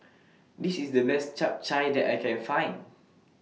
This IS The Best Chap Chai that I Can Find